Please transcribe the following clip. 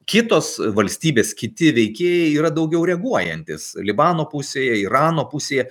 kitos valstybės kiti veikėjai yra daugiau reaguojantys libano pusėje irano pusėje